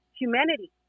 humanity